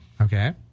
Okay